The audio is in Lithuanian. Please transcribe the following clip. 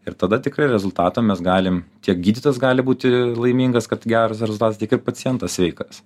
ir tada tikrai rezultatą mes galim tiek gydytojas gali būti laimingas kad geras barzdos tiek ir pacientas sveikas